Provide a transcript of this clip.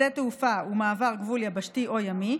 שדה תעופה ומעבר גבול יבשתי או ימי,